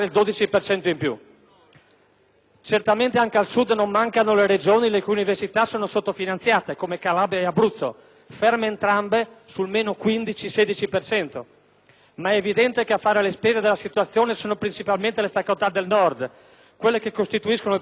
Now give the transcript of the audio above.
Certamente anche al Sud non mancano Regioni le cui università sono sottofinanziate, come Calabria e Abruzzo, ferme in entrambe sul meno 15-16 per cento. Tuttavia, è evidente che a fare le spese della situazione sono principalmente le facoltà del Nord, quelle che costituiscono il principale motore del Paese.